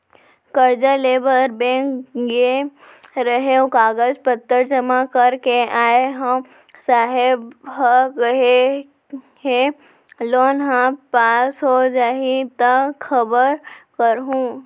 करजा लेबर बेंक गे रेहेंव, कागज पतर जमा कर के आय हँव, साहेब ह केहे हे लोन ह पास हो जाही त खबर करहूँ